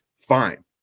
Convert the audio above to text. Fine